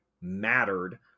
mattered